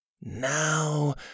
now